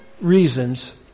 reasons